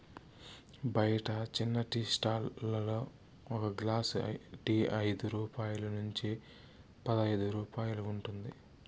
బయట చిన్న tea stall లలో ఒక గ్లాస్ టీ ఐదు రూపాయల నుంచి పదైదు రూపాయలు ఉంటుంది